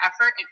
effort